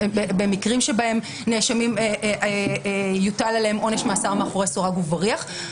במקרים בהם על נאשמים יוטל עונש מאסר מאחורי סורג ובריח.